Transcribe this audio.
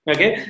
Okay